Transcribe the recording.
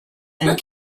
and